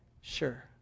sure